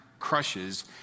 crushes